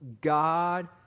God